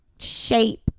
shape